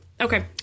Okay